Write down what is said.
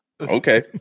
okay